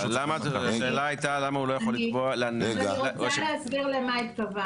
--- אני רוצה להסביר למה התכוונתי.